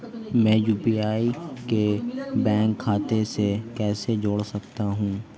मैं यू.पी.आई को बैंक खाते से कैसे जोड़ सकता हूँ?